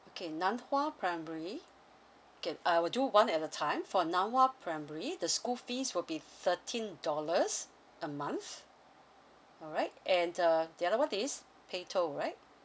okay nan hua primary okay uh we'll do one at a time for nan hua primary the school fees will be thirteen dollars a month alright and the the other one is pei tong right